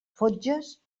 fotges